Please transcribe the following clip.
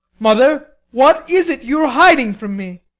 mother what is it you are hiding from me?